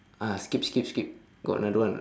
ah skip skip skip got another one or not